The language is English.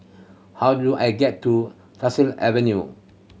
how do I get to Tyersall Avenue